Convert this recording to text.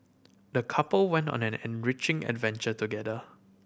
the couple went on an enriching adventure together